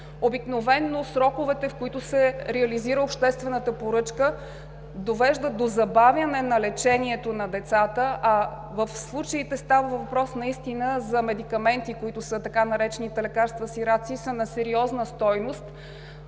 Обикновено сроковете, в които се реализира обществената поръчка, довеждат до забавянето на лечението на децата, а в случаите става въпрос за така наречените медикаменти „лекарства сираци“, които са на сериозна стойност.